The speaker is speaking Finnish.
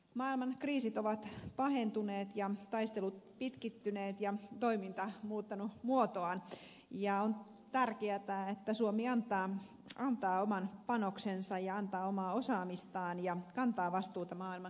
maailman kriisit ovat pahentuneet ja taistelut pitkittyneet ja toiminta on muuttanut muotoaan ja on tärkeätä että suomi antaa oman panoksensa ja antaa omaa osaamistaan ja kantaa vastuuta maailman kriisipesäkkeissä